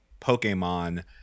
Pokemon